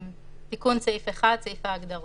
תיקון סעיף 1, סעיף ההגדרות.